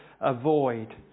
avoid